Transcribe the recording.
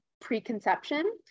preconception